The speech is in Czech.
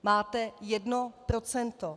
Máte jedno procento.